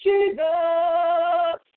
Jesus